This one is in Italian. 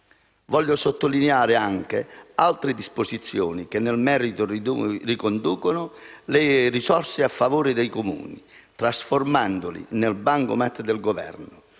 Voglio sottolineare anche altre disposizioni che, nel merito, riducono le risorse a favore dei Comuni, trasformandoli nel *bancomat* del Governo